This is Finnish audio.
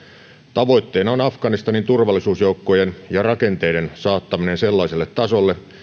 tavoitteena on afganistanin turvallisuusjoukkojen ja rakenteiden saattaminen sellaiselle tasolle